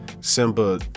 Simba